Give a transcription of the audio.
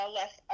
less